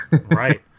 Right